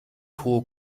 hohe